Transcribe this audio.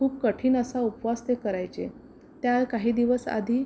खूप कठीण असा उपवास ते करायचे त्या काही दिवस आधी